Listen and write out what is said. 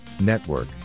Network